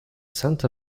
center